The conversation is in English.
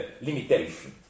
limitation